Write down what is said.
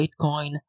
bitcoin